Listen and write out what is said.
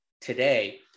today